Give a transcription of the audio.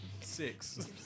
Six